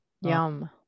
yum